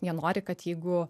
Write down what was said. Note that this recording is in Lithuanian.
jie nori kad jeigu